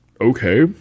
okay